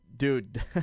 Dude